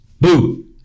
Boo